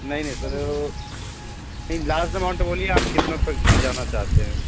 नहीं नहीं सर वो नहीं लास्ट एमाउंट बोलिए आप कितना तक में जाना चाहते हैं